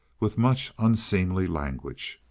with much unseemly language,